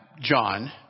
John